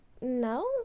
no